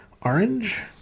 orange